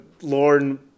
Lorne